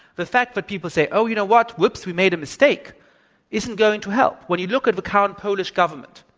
the fact that people say, oh, you know what, woops, we made a mistake isn't going to help. when you look at the current polish government,